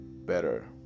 better